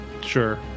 Sure